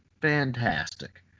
fantastic